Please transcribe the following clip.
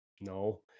No